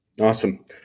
awesome